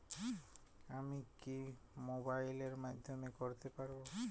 আমি কি মোবাইলের মাধ্যমে করতে পারব?